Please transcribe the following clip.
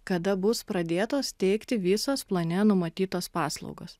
kada bus pradėtos teikti visos plane numatytos paslaugos